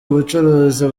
ubucuruzi